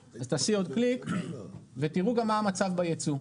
אבל תראו גם מה המצב ביצוא.